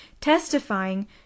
testifying